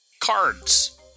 cards